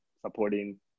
supporting